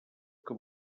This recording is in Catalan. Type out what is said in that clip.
que